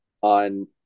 on